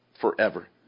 forever